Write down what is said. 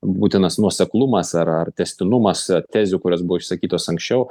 būtinas nuoseklumas ar ar tęstinumas tezių kurios buvo išsakytos anksčiau